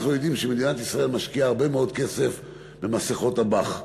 אנחנו יודעים שמדינת ישראל משקיעה הרבה מאוד כסף במסכות אב"כ.